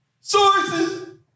sources